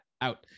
out